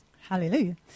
Hallelujah